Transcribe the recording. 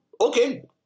Okay